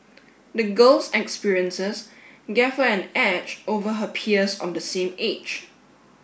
the girl's experiences gave her an edge over her peers of the same age